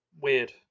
weird